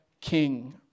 King